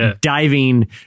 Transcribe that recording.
diving